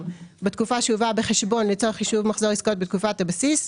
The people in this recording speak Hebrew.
בתקופה שהובאה בחשבון לצורך חישוב מחזור עסקאות בתקופת הבסיס,